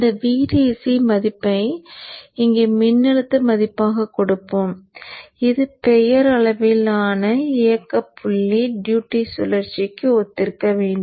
இந்த VDC மதிப்பை இங்கே மின்னழுத்த மதிப்பாக கொடுப்போம் இது பெயரளவிலான இயக்க புள்ளி டியூட்டி சுழற்சிக்கு ஒத்திருக்க வேண்டும்